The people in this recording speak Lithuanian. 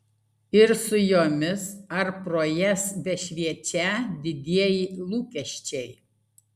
ir su jomis ar pro jas bešviečią didieji lūkesčiai